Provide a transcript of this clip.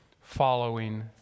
following